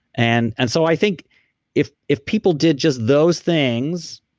and and so i think if if people did just those things,